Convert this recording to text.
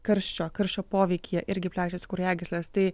karščio karščio poveikyje irgi plečiasi kraujagyslės tai